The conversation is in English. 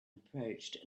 approached